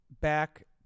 back